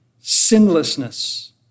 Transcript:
Sinlessness